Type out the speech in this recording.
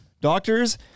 Doctors